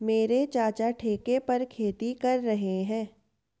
मेरे चाचा ठेके पर खेती कर रहे हैं